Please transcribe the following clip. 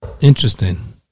Interesting